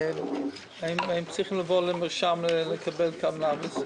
יש הרבה אנשים שצריכים לבוא עם מרשם כדי לקבל קנאביס,